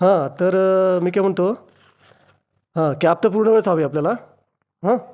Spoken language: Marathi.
हा तर मी काय म्हणतो हा कॅब तर पूर्ण वेळच हवी आपल्याला हं